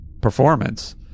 performance